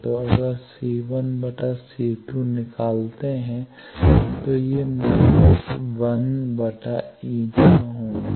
तो अगर आप C1 C2 निकालते हैं तो ये 1 η होंगे